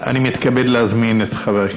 אילטוב.